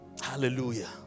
Hallelujah